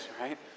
right